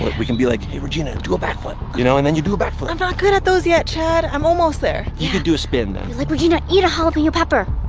we can be like hey regina, do a backflip! you know, and then you do a backflip. i'm not good at those yet chad. i'm almost there. yeah! you could do a spin then. like regina, eat a jalapeno pepper.